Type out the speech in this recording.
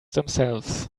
themselves